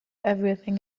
everything